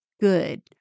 good